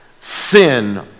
Sin